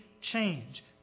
change